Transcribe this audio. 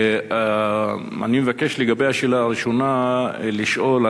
אני מבקש לגבי השאלה הראשונה לשאול,